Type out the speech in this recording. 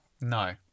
No